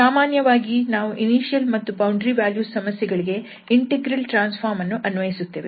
ಸಾಮಾನ್ಯವಾಗಿ ನಾವು ಇನಿಶಿಯಲ್ ಮತ್ತು ಬೌಂಡರಿ ವ್ಯಾಲ್ಯೂ ಸಮಸ್ಯೆ ಗಳಿಗೆ ಇಂಟೆಗ್ರಲ್ ಟ್ರಾನ್ಸ್ ಫಾರ್ಮ್ ಅನ್ನು ಅನ್ವಯಿಸುತ್ತೇವೆ